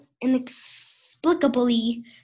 inexplicably